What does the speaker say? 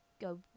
go